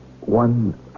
one